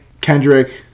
Kendrick